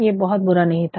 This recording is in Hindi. ये बहुत बुरा नहीं था